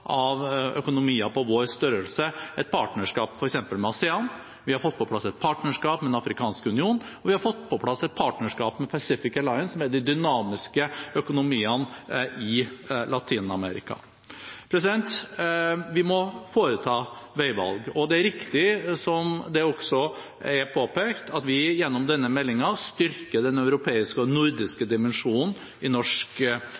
første økonomiene på vår størrelse som har fått på plass et partnerskap med Asean. Vi har fått på plass et partnerskap med Den afrikanske union, og vi har fått på plass et partnerskap med The Pacific Alliance, som er de dynamiske økonomiene i Latin-Amerika. Vi må foreta veivalg. Det er riktig, som det er blitt påpekt, at vi gjennom denne meldingen styrker den europeiske og